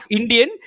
Indian